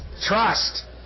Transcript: Trust